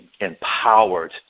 empowered